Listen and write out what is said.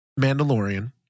Mandalorian